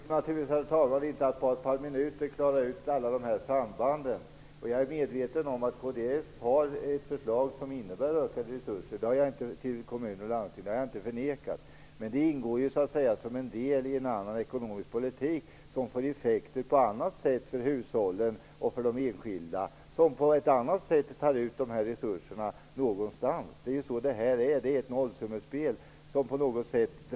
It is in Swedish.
Herr talman! Det går naturligtvis inte att på ett par minuter reda ut alla de här sambanden. Jag är medveten om att kds har ett förslag som innebär ökade resurser till kommuner och landsting. Det har jag inte förnekat. Men det ingår så att säga som en del i en annan ekonomisk politik som får effekter på annat sätt för hushållen och de enskilda och som tar ut resurserna på ett annat sätt. Det här är ett nollsummespel.